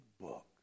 book